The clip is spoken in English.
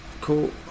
Cool